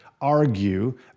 argue